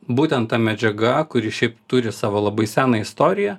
būtent ta medžiaga kuri šiaip turi savo labai seną istoriją